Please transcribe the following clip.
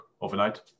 overnight